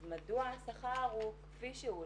אז מדוע השכר הוא כפי שהוא,